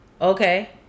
Okay